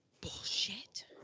bullshit